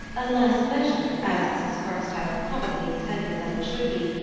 unless measured, as mrs. carstyle probably intended that it should be,